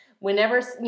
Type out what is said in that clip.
Whenever